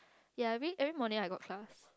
ya I mean every morning I got class